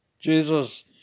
Jesus